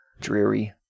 dreary